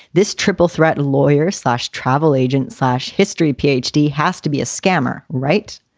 this triple threat, and lawyer slash travel agent slash history. p h d has to be a scammer, right?